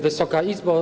Wysoka Izbo!